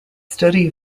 study